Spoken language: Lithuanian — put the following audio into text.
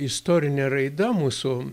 istorinė raida mūsų